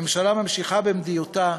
הממשלה ממשיכה במדיניותה,